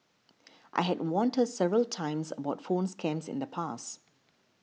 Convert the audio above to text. I had warned her several times about phone scams in the past